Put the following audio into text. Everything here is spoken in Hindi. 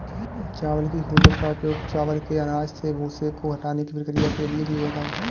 चावल की हूलर का उपयोग चावल के अनाज के भूसे को हटाने की प्रक्रिया के लिए किया जाता है